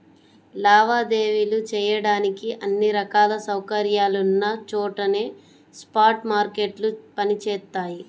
లావాదేవీలు చెయ్యడానికి అన్ని రకాల సౌకర్యాలున్న చోటనే స్పాట్ మార్కెట్లు పనిచేత్తయ్యి